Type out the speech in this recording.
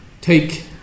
take